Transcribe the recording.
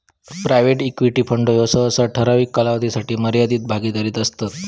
private equity fund ह्ये सहसा ठराविक कालावधीसाठी मर्यादित भागीदारीत असतत